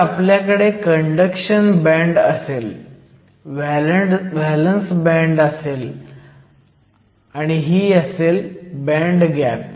तर आपल्याकडे conduction band असेल व्हॅलंस बँड असेल आणि ही असेल बँड गॅप